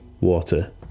water